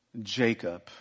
Jacob